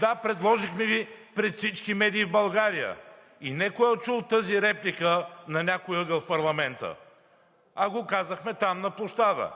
Да, предложихме Ви пред всички медии в България. И не – кой е чул тази реплика на някой ъгъл в парламента, а го казахме там, на площада.